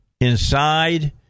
inside